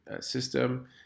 system